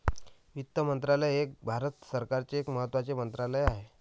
वित्त मंत्रालय हे भारत सरकारचे एक महत्त्वाचे मंत्रालय आहे